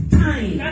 time